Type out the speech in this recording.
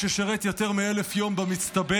מי ששירת יותר מ-1,000 יום במצטבר,